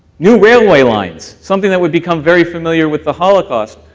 new railway lines, something that would become very familiar with the holocaust,